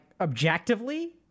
objectively